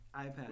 iPad